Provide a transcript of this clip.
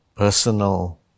personal